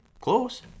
Close